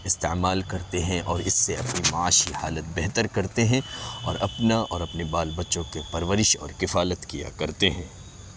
استعمال کرتے ہیں اور اس سے اپنی معاشی حالت بہتر کرتے ہیں اور اپنا اور اپنے بال بچوں کے پرورش اور کفالت کیا کرتے ہیں